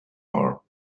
ore